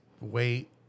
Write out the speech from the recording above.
wait